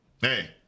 Hey